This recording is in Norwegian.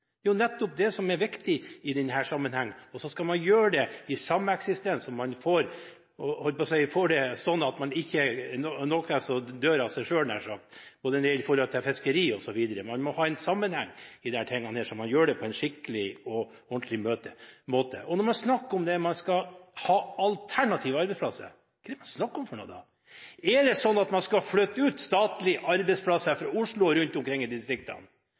det i sameksistens og på en sånn måte at man får noe som ikke dør nær sagt av seg selv, i forhold til fiskeri osv. Man må ha en sammenheng i disse tingene, sånn at man gjør det på en skikkelig og ordentlig måte. Når man snakker om at man skal ha alternative arbeidsplasser, hva er det man snakker om da? Er det sånn at man skal flytte ut statlige arbeidsplasser fra Oslo og rundt omkring i distriktene?